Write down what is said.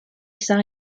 size